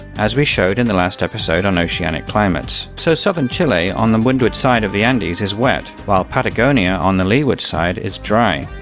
as we showed in the last episode on oceanic climates. so southern chile, on the windward side of the andes is wet, while patagonia on the leeward side is dry.